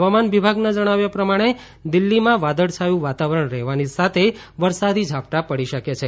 હવામાન વિભાગના જણાવ્યા પ્રમાણે દિલ્હીના સામાન્ય રીતે વાદળછાયું વાતાવરણ રહેવાની સાથે વરસાદી ઝાપટા પડી શકે છે